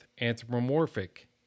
anthropomorphic